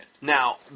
Now